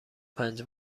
پنج